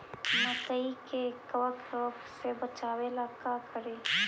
मकई के कबक रोग से बचाबे ला का करि?